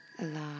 Alive